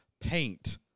paint